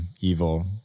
evil